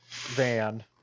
van